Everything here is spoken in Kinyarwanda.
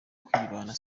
kwibana